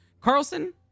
Carlson